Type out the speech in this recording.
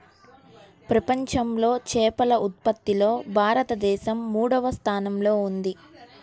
ప్రపంచంలో చేపల ఉత్పత్తిలో భారతదేశం మూడవ స్థానంలో ఉంది